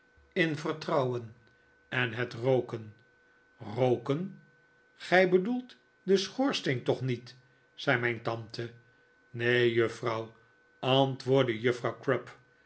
in vertrouwen en het rooken rooken gij bedoelt den schoorsteen toch niet zei mijn tante neen juffrouw antwoordde juffrouw crupp